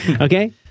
Okay